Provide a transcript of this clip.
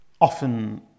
often